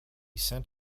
sent